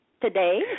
today